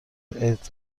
ایدز